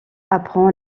apprend